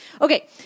Okay